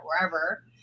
wherever